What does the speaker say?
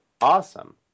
awesome